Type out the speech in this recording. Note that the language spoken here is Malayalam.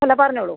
അല്ല പറഞ്ഞോളൂ